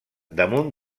damunt